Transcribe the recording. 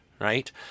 right